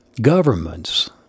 governments—